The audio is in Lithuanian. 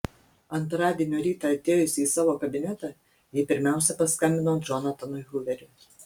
antradienio rytą atėjusi į savo kabinetą ji pirmiausia paskambino džonatanui huveriui